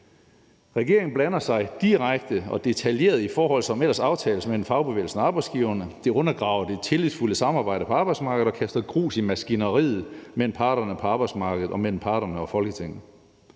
Regeringen blander sig direkte og detaljeret i forhold, som ellers aftales mellem fagbevægelsen og arbejdsgiverne. Det undergraver det tillidsfulde samarbejde på arbejdsmarkedet og kaster grus i maskineriet mellem parterne på arbejdsmarkedet og mellem parterne og Folketinget.